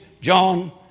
John